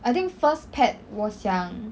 I think first pet 我想